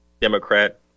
Democrat